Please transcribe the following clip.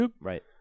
Right